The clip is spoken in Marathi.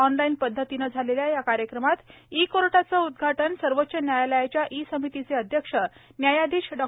ऑनलाईन पध्दतीने झालेल्या या कार्यक्रमात ई कोर्टाचे उदघाटन सर्वोच्च न्यायालयाच्या ई समितीचे अध्यक्ष न्यायाधीश डॉ